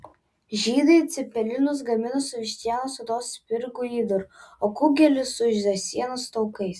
žydai cepelinus gamino su vištienos odos spirgų įdaru o kugelį su žąsienos taukais